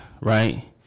right